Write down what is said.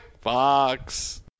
Fox